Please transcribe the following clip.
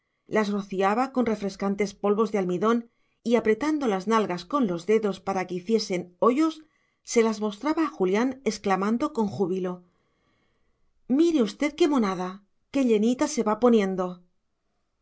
las rociaba con refrescantes polvos de almidón y apretando las nalgas con los dedos para que hiciesen hoyos se las mostraba a julián exclamando con júbilo mire usted qué monada qué llenita se va poniendo